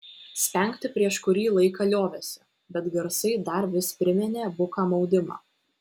spengti prieš kurį laiką liovėsi bet garsai dar vis priminė buką maudimą